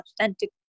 authentic